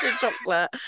chocolate